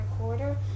recorder